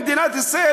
במדינת ישראל,